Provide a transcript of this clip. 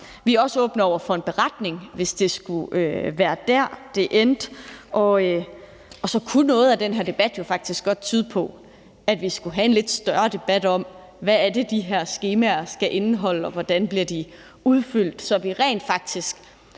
åbne over for en beretning, hvis det skulle være der, det endte med, og så kunne noget af den her debat jo faktisk godt tyde på, at vi skulle have en lidt større debat om, hvad det er, de her skemaer skal indeholde, og hvordan de bliver udfyldt, så vi rent faktisk